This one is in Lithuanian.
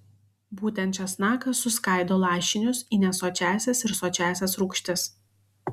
būtent česnakas suskaido lašinius į nesočiąsias ir sočiąsias rūgštis